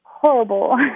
horrible